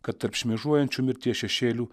kad tarp šmėžuojančių mirties šešėlių